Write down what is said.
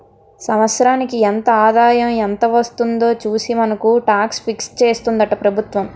సంవత్సరానికి ఎంత ఆదాయం ఎంత వస్తుందో చూసి మనకు టాక్స్ ఫిక్స్ చేస్తుందట ప్రభుత్వం